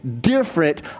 different